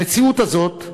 המציאות הזאת,